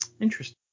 Interesting